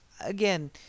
again